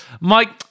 Mike